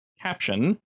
caption